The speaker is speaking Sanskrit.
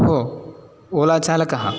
भो ओला चालकः